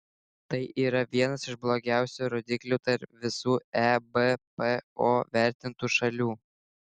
tai yra vienas iš blogiausių rodiklių tarp visų ebpo vertintų šalių